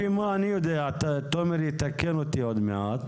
לפי מה שאני יודע ותומר יתקן אותי עוד מעט,